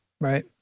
Right